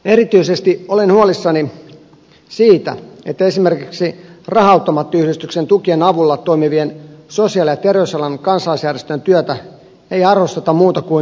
erityisesti olen huolissani siitä että esimerkiksi raha automaattiyhdistyksen tukien avulla toimivien sosiaali ja terveysalan kansalaisjärjestöjen työtä ei arvosteta muuta kuin juhlapuheissa